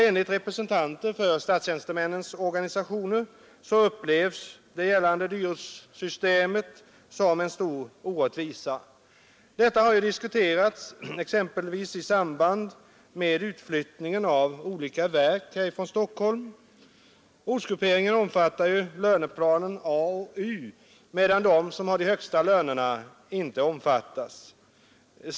Enligt representanter för statstjänstemännens organisationer upplevs det gällande dyrortssystemet som en stor orättvisa. Den frågan har diskuterats exempelvis i samband med utflyttningen av olika verk från Stockholm. Ortsgrupperingen omfattar löneplanerna A och U, medan B som har de högsta lönerna inte omfattas av densamma.